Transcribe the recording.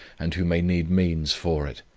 and who may need means for it.